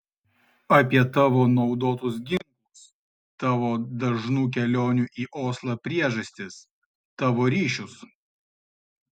apie tavo naudotus ginklus tavo dažnų kelionių į oslą priežastis tavo ryšius